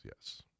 Yes